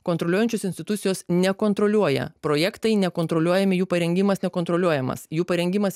kontroliuojančios institucijos nekontroliuoja projektai nekontroliuojami jų parengimas nekontroliuojamas jų parengimas